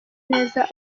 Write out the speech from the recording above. neza